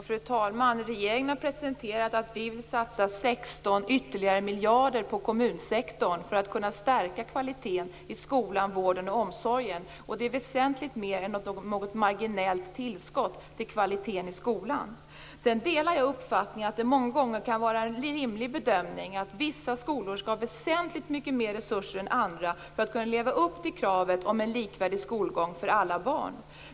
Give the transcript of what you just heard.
Fru talman! Regeringen har presenterat att vi vill satsa 16 ytterligare miljarder på kommunsektorn för att kunna stärka kvaliteten i skolan, vården och omsorgen. Det är väsentligt mer än ett marginellt tillskott vad gäller kvaliteten i skolan. Jag delar uppfattningen att det många gånger kan vara en rimlig bedömning att vissa skolor skall ha väsentligt mycket mer resurser än andra för att kunna leva upp till kravet om en likvärdig skolgång för alla barn.